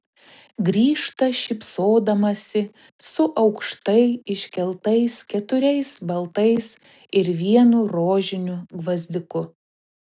grįžta šypsodamasi su aukštai iškeltais keturiais baltais ir vienu rožiniu gvazdiku